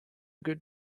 good